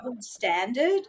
standard